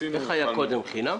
איך היה קודם, חינם?